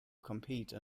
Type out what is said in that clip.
compete